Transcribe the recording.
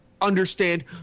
understand